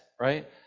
right